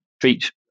treat